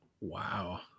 Wow